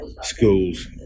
schools